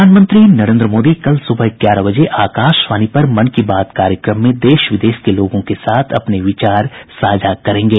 प्रधानमंत्री नरेन्द्र मोदी कल सुबह ग्यारह बजे आकाशवाणी पर मन की बात कार्यक्रम में देश विदेश के लोगों के साथ अपने विचार साझा करेंगे